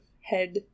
head